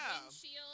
windshield